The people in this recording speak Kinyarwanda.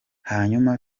hanyuma